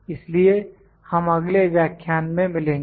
इसलिए हम अगले व्याख्यान में मिलेंगे